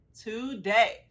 today